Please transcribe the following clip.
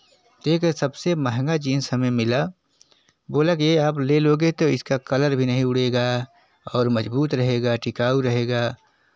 एक सबसे महँगा जिन्स हमें मिला बोला की यह आप ले लोगे तो इसका कलर भी नहीं उड़ेगा और मज़बूत रहेगा टिकाऊ रहेगा